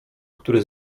który